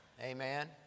Amen